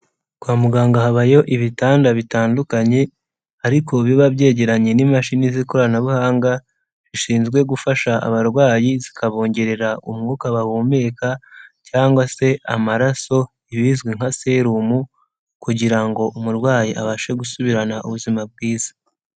Kwa muganga habayo ibitanda bitandukanye ariko biba byegeranye n'imashini z'ikoranabuhanga rishinzwe gufasha abarwayi zikabongerera umwuka bahumeka, cyangwa se amaraso ibizwi nka serumu kugira ngo umurwayi abashe gusubirana ubuzima bwiza.